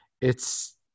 it's-